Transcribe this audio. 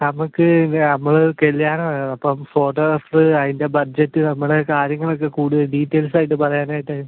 നമുക്ക് നമ്മള് കല്ല്യാണം ആയിരുന്നു അപ്പം ഫോട്ടോഗ്രാഫറ് അതിൻ്റെ ബഡ്ജറ്റ് നമ്മളെ കാര്യങ്ങളൊക്കെ കൂടുതൽ ഡീറ്റെയിൽസായിട്ട് പറയാനായിട്ട്